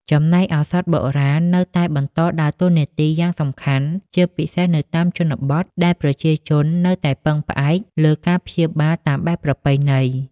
ចំណែកឱសថបុរាណនៅតែបន្តដើរតួនាទីយ៉ាងសំខាន់ ជាពិសេសនៅតាមជនបទ ដែលប្រជាជននៅតែពឹងផ្អែកលើការព្យាបាលតាមបែបប្រពៃណី។